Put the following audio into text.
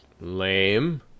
lame